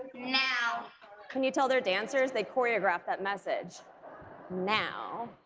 now can you tell they're dancers? they choreographed that message now.